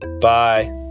Bye